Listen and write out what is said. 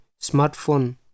Smartphone